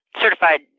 certified